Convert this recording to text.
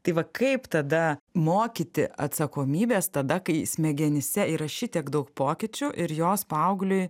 tai va kaip tada mokyti atsakomybės tada kai smegenyse yra šitiek daug pokyčių ir jos paaugliui